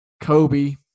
Kobe